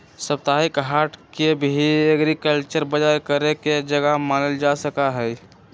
साप्ताहिक हाट के भी एग्रीकल्चरल बजार करे के जगह मानल जा सका हई